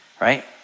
right